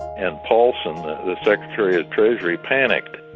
and paulson, the secretary of treasury, panicked.